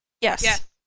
Yes